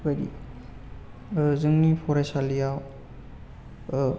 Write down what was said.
जोंनि फरायसालियाव